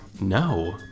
No